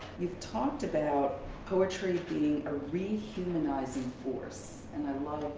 you've talked about poetry being a re-humanizing force and i love,